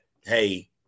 Hey